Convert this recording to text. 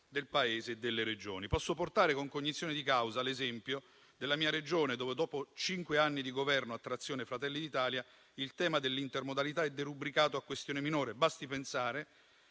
del Paese e delle Regioni. Posso portare, con cognizione di causa, l'esempio della mia Regione, dove, dopo cinque anni di governo a trazione Fratelli d'Italia, il tema dell'intermodalità è derubricato a questione minore. Basti pensare